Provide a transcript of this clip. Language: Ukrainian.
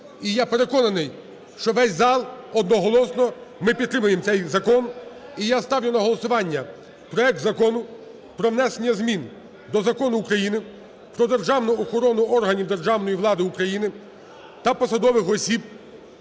І я переконаний, що весь зал, одноголосно ми підтримаємо цей закон. І я ставлю на голосування проект Закону про внесення змін до Закону України про державну охорону органів державної влади України та посадових осіб